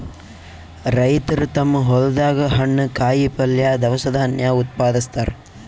ರೈತರ್ ತಮ್ಮ್ ಹೊಲ್ದಾಗ ಹಣ್ಣ್, ಕಾಯಿಪಲ್ಯ, ದವಸ ಧಾನ್ಯ ಉತ್ಪಾದಸ್ತಾರ್